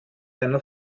einer